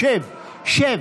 שב, שב.